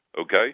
okay